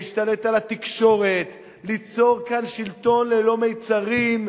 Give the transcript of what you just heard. להשתלט על התקשורת, ליצור כאן שלטון ללא מצרים,